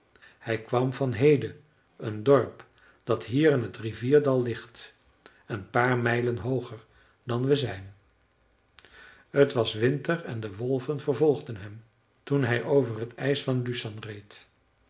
hij kwam van hede een dorp dat hier in t rivierdal ligt een paar mijlen hooger dan we zijn t was winter en de wolven vervolgden hem toen hij over t ijs van ljusnan reed